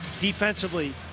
defensively